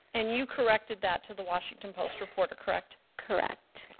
and you corrected that to the washington post reporter, correct? correct.